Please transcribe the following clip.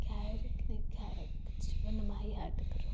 ક્યારેકને ક્યારેક જીવનમાં યાદ કરું